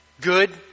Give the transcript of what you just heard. good